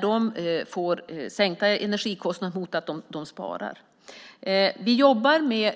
De får sänkta energikostnader mot att de sparar. Vi jobbar med